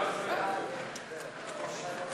לסעיף 53,